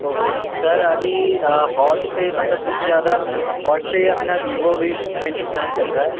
okay sir अभी hot पर मतलब सबसे ज़्यादा हॉट पर अपना वीवो वी ट्वेन्टी सेवेन चल रहा है